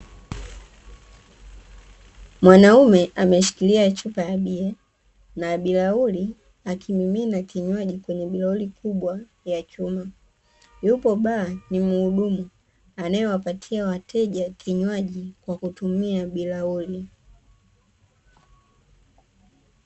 Mwanaume amemshikilia chupa ya bia na birauli akimimina kinywaji kwenye birauli kubwa ya chuma, yupo baa ni muhudumu anayewapatia wateja kinywaji kwa kutumia birauli.